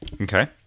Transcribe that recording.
Okay